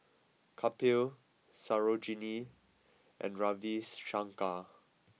Kapil Sarojini and Ravi Shankar